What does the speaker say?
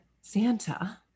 Santa